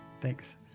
Thanks